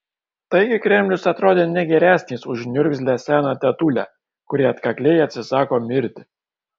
taigi kremlius atrodė ne geresnis už niurgzlę seną tetulę kuri atkakliai atsisako mirti